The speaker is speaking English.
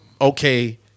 okay